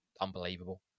Unbelievable